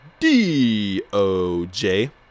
DOJ